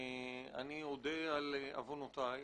אני מודה בעוונותיי,